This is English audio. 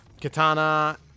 Katana